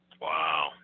Wow